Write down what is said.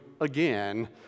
again